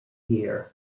year